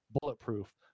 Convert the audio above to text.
bulletproof